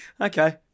Okay